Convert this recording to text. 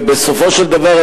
ובסופו של דבר,